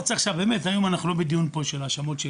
היום אנחנו לא בדיון של האשמות,